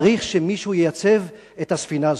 צריך שמישהו ייצב את הספינה הזאת.